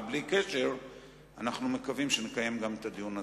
אבל בלי קשר אנחנו מקווים שנקיים גם את הדיון הזה.